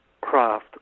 craft